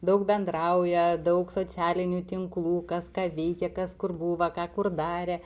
daug bendrauja daug socialinių tinklų kas ką veikia kas kur buvo ką kur darė